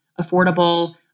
affordable